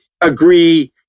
agree